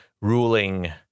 ruling